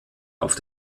auf